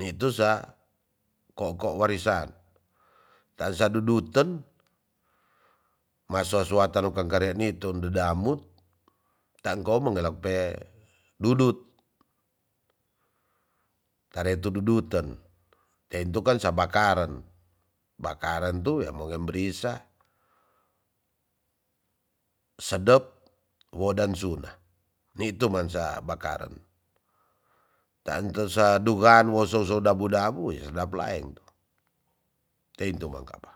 nitu sa koko warisaan tasa duduten ma sosowata dukena karia nitun dadamut tangko mengelepe dudut tare tu duduten teintu kan sabakaren bakaren tu wemo yambrisa sedep wo dansuna nitu mansa bakaren tantu sa duan wo soso dabu dabu ya sedap lang tu teintu mangkaba.